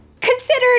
considered